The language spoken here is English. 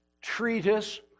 treatise